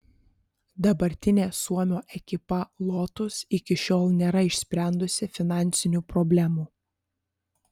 dabartinė suomio ekipa lotus iki šiol nėra išsprendusi finansinių problemų